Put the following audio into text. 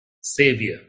Savior